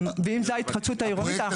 ואם זה ההתחדשות העירונית,